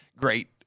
great